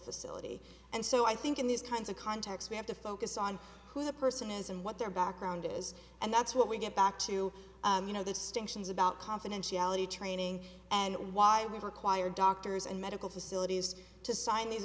facility and so i think in these kinds of contacts we have to focus on who the person is and what their background is and that's what we get back to you know the distinctions about confidentiality training and why we require doctors and medical facilities to sign these